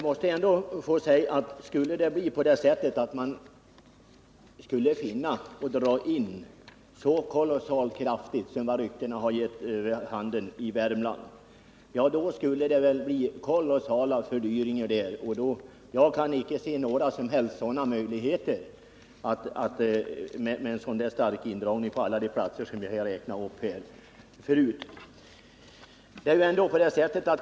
Men om man skulle finna det motiverat att göra en så kraftig indragning av antalet uppkörningsställen i Värmland som ryktena gett vid handen, då skulle det bli fråga om kolossalt stora fördyringar för körkortseleverna. Jag kan för min del inte se att det finns fog för en ihdragning.